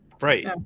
Right